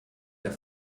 der